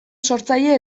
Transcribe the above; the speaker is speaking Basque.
sortzaile